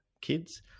kids